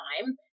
time